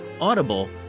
Audible